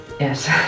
Yes